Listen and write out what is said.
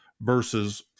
versus